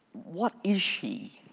what is she?